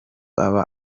aba